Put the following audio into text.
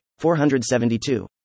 472